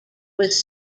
was